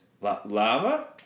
Lava